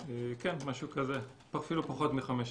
כן, משהו כזה, אפילו פחות מחמש שנים.